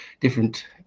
different